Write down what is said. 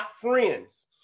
friends